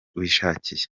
wishakiye